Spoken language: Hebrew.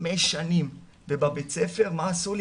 חמש שנים! ובבית הספר מה עשו לי?